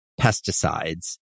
pesticides